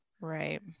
right